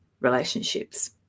relationships